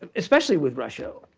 ah especially with russia,